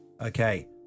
okay